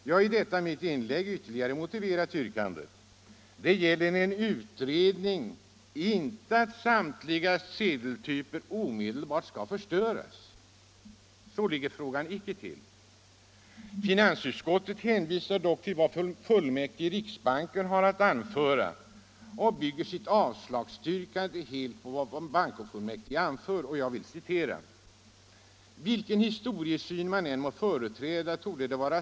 Jag har i detta mitt inlägg ytterligare motiverat detta yrkande. Det gäller en utredning — inte ett omedelbart förstörande av samtliga sedeltyper. Finansutskottet hänvisar som sagt till vad fullmäktige i riksbanken haft att anföra och bygger sitt avstyrkande helt på fullmäktiges yttrande, där det bl.a. heter: ”Vilken historiesyn man än må företräda, torde det f.ö.